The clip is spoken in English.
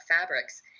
fabrics